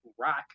rock